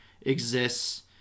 exists